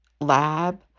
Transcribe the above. lab